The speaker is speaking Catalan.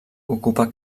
ocupa